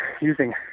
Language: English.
using